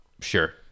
sure